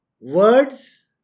words